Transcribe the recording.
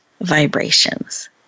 Vibrations